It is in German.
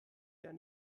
jahr